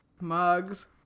mugs